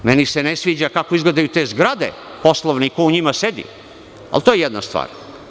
Meni se ne sviđa kako izgledaju te poslovne zgrade i ko u njima sedi, ali to je jedna stvar.